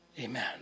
Amen